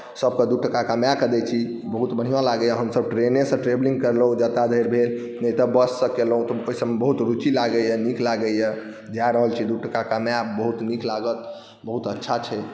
सभकेँ दू टाका कमाए कऽ दैत छी बहुत बढ़िआँ लागैए हमसभ ट्रेनेसँ ट्रेवलिंग करलहुँ जतय धरि भेल नहि तऽ बससँ केलहुँ ओहिसभमे बहुत रुचि लागैए नीक लागैए जा रहल छी दू टाका कमायब बहुत नीक लागत बहुत अच्छा छै